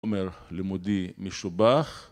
חומר לימודי משובח